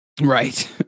Right